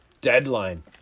deadline